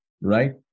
right